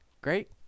Great